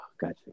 Gotcha